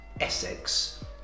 Essex